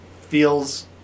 feels